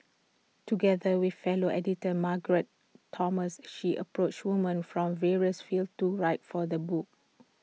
together with fellow editor Margaret Thomas she approached women from various fields to write for the book